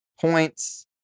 points